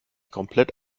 komplett